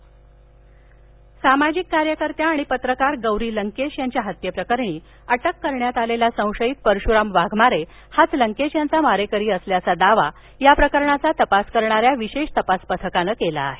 गौरी लंकेश सामाजिक कार्यकर्त्या आणि पत्रकार गौरी लंकेश यांच्या हत्येप्रकरणी अटक करण्यात आलेला संशयित परशुराम वाघमारे हाच लंकेश यांचा मारेकरी असल्याचा दावा या प्रकरणाचा तपास करणाऱ्या विशेष तपास पथकानं केला आहे